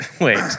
wait